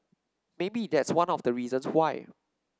maybe that's one of the reasons why